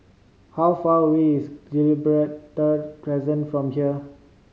how far away is Gibraltar Crescent from here